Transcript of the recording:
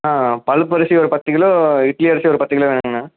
பழுப்பரிசி ஒரு பத்து கிலோ இட்லி அரிசி ஒரு பத்து கிலோ வேணுங்கண்ணா